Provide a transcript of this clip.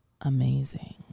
amazing